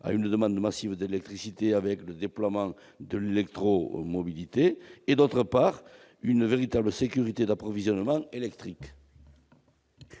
à une demande massive d'électricité avec le déploiement de l'électromobilité et, deuxièmement, une véritable sécurité d'approvisionnement électrique